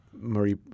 Marie